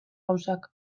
gauzak